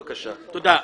תודה.